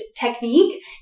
technique